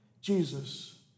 Jesus